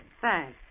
Thanks